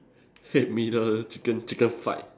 chicken chicken fight